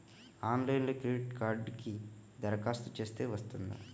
ఆన్లైన్లో క్రెడిట్ కార్డ్కి దరఖాస్తు చేస్తే వస్తుందా?